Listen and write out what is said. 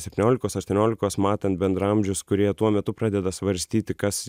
septyniolikos aštuoniolikos matant bendraamžius kurie tuo metu pradeda svarstyti kas